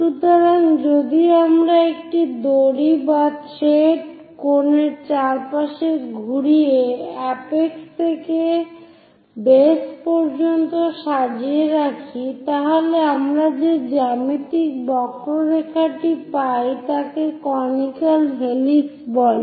সুতরাং যদি আমরা একটি দড়ি বা থ্রেড কোন এর চারপাশে ঘুরিয়ে এপেক্স থেকে বেস পর্যন্ত সাজিয়ে রাখি তাহলে আমরা যে জ্যামিতিক বক্ররেখাটি পাই তাকে কনিক্যাল হেলিক্স বলে